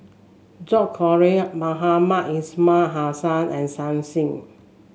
George Collyer Mohamed Ismail Hussain and Shen Xi